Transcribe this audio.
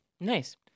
Nice